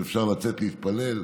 שאפשר לצאת להתפלל.